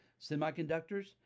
semiconductors